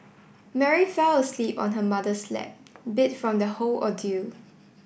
Mary fell asleep on her mother's lap beat from the whole ordeal